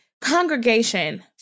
Congregation